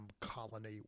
colony